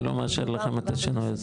אני לא מאשר לכם את השינוי הזה.